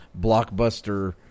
blockbuster